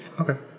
Okay